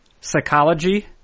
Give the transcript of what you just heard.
psychology